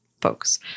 folks